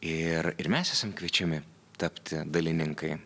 ir ir mes esam kviečiami tapti dalininkai